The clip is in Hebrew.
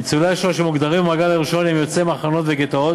ניצולי השואה שמוגדרים במעגל הראשון הם יוצאי מחנות וגטאות